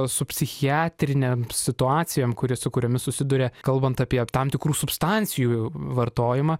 su psichiatrinėm situacijom kuri su kuriomis susiduria kalbant apie tam tikrų substancijų vartojimą